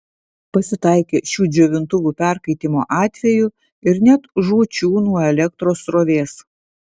pasitaikė šių džiovintuvų perkaitimo atvejų ir net žūčių nuo elektros srovės